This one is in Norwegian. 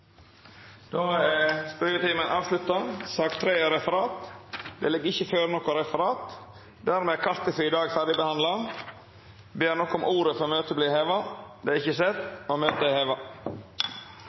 Då er spørjetimen avslutta. Det ligg ikkje føre noko referat. Dermed er dagens kart ferdigbehandla. Ber nokon om ordet før møtet vert heva?